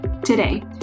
today